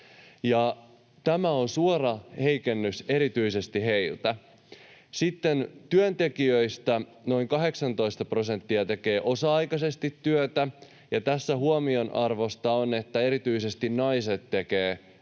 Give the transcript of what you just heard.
Tämä on suora heikennys erityisesti heiltä. Työntekijöistä noin 18 prosenttia tekee osa-aikaisesti työtä, ja tässä huomionarvoista on, että erityisesti naiset tekevät